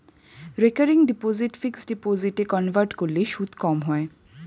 recurring deposit fixed ডিপোজিটে convert করলে সুদ কম হয়